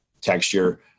texture